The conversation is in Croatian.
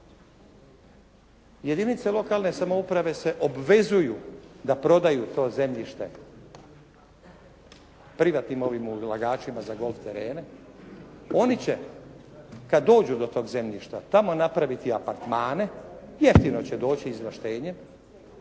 jedinice lokalne samouprave se obvezuju da prodaju to zemljište privatnim ulagačima za golf terene, oni će kada dođu do tog zemljišta, tamo napraviti apartmane, jeftino će doći izvan štednje,